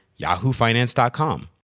yahoofinance.com